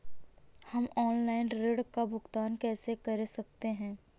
हम ऑनलाइन ऋण का भुगतान कैसे कर सकते हैं?